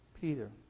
Peter